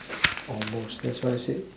almost that's what I said